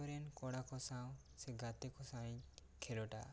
ᱟᱛᱳ ᱨᱮᱱ ᱠᱚᱲᱟ ᱠᱚ ᱥᱟᱶ ᱥᱮ ᱜᱟᱛᱮ ᱠᱚ ᱥᱟᱶ ᱠᱷᱮᱞᱳᱵᱟ